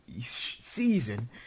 season